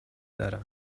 دارم